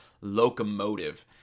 Locomotive